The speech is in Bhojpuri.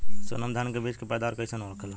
सोनम धान के बिज के पैदावार कइसन होखेला?